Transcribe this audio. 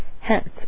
Hence